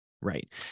right